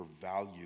value